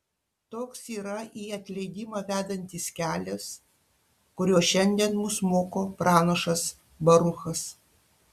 toks yra į atleidimą vedantis kelias kurio šiandien mus moko pranašas baruchas